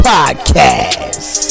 Podcast